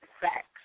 Facts